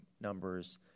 numbers